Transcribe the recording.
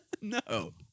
No